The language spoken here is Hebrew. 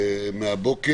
ועדת